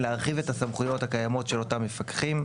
להרחיב את הסמכויות הקיימות של אותם מפקחים,